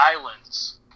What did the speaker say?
islands